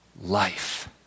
Life